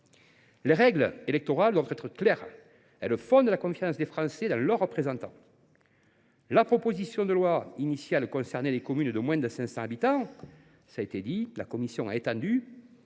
Les règles électorales doivent être claires ; elles fondent la confiance des Français dans leurs représentants. La proposition de loi initiale concernait les communes de moins de 500 habitants. Comme cela a été souligné, la commission a étendu